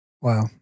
Wow